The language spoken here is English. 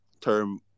term